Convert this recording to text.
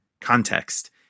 context